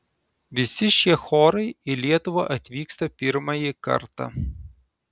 visi šie chorai į lietuvą atvyksta pirmąjį kartą